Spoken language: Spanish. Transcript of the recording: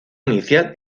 inicial